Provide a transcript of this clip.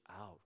out